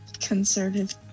Conservative